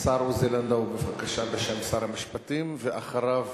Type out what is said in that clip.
השר עוזי לנדאו, בבקשה, בשם שר המשפטים, ואחריו